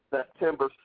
September